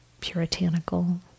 Puritanical